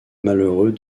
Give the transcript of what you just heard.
malheureux